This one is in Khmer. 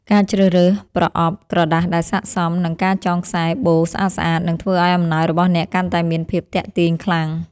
ការជ្រើសរើសប្រអប់ក្រដាសដែលស័ក្តិសម និងការចងខ្សែបូស្អាតៗ នឹងធ្វើឱ្យអំណោយរបស់អ្នកកាន់តែមានភាពទាក់ទាញខ្លាំង។